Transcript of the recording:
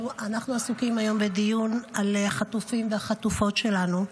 אנחנו עסוקים היום בדיון על החטופים והחטופות שלנו,